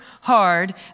hard